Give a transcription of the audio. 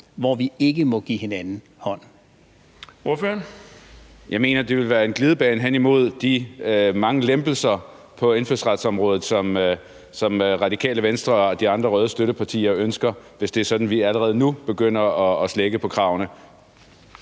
Kl. 14:29 Marcus Knuth (KF): Jeg mener, det ville være en glidebane hen imod de mange lempelser på indfødsretsområdet, som Radikale Venstre og de andre røde støttepartier ønsker, hvis det er sådan, at vi allerede nu begynder at slække på kravene.